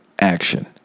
action